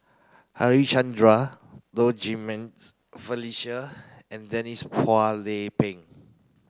Harichandra Low Jimenez Felicia and Denise Phua Lay Peng